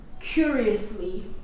curiously